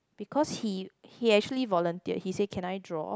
because he he actually volunteered he say can I draw